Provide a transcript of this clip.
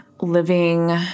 living